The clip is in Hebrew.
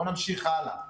בואו נמשיך הלאה.